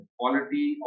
quality